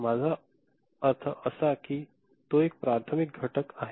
माझा अर्थ असा की तो एक प्राथमिक घटक आहे